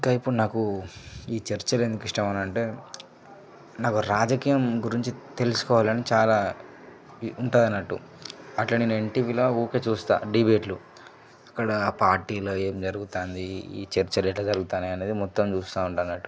ఇంకా ఇప్పుడు నాకు ఈ చర్చలు ఎందుకు ఇష్టం అని అంటే నాకు రాజకీయం గురించి తెలుసుకోవాలని చాలా ఈ ఉంటుందన్నట్టు అట్లా నేను ఎన్టీవీలో ఊరికే చూస్తా డిబేట్లు అక్కడ పార్టీలో ఏం జరుగుతోంది ఈ చర్చలు ఎట్లా జరుగుతున్నాయి అనేది మొత్తం చూస్తూ ఉంటా అన్నట్టు